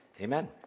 Amen